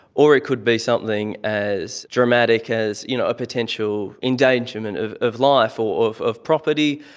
or it could be something as dramatic as you know a potential endangerment of of life or of of property,